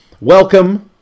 Welcome